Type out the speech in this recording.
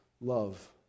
love